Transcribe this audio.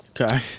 Okay